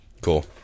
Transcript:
Cool